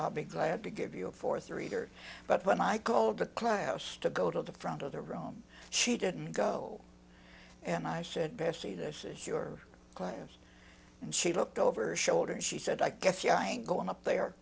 i'll be glad to give you a fourth reader but when i called the class to go to the front of the wrong she didn't go and i said bessie this is your class and she looked over her shoulder and she said i guess ya ain't going up the